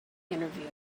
interview